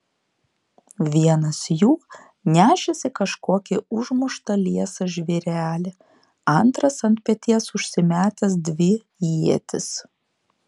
vienas jų nešėsi kažkokį užmuštą liesą žvėrelį antras ant peties užsimetęs dvi ietis